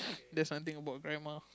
there's nothing about grandma